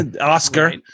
Oscar